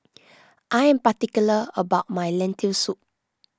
I am particular about my Lentil Soup